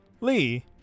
Lee